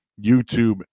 YouTube